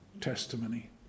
testimony